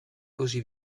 così